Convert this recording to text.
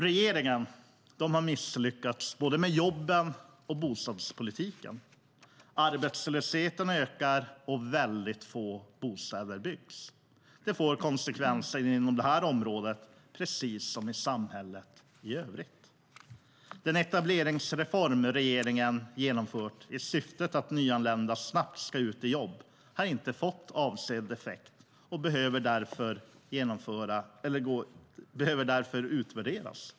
Regeringen har misslyckats både med jobben och med bostadspolitiken. Arbetslösheten ökar, och få bostäder byggs. Det får konsekvenser inom detta område precis som i samhället i övrigt. Den etableringsreform som regering har genomfört i syfte att nyanlända snabbt ska ut i jobb har inte fått avsedd effekt och behöver därför utvärderas.